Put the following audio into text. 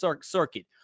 circuit